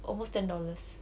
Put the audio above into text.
almost ten dollars